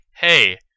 hey